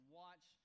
watch